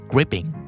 Gripping